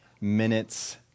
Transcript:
minutes